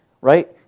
right